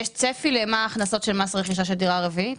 יש צפי למה ההכנסות של מס רכישה של דירה רביעית?